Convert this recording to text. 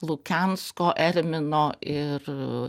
lukensko ermino ir